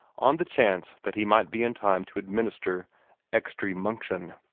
on the chance that he might be in time to administer extry munction.